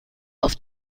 auf